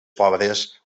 pobres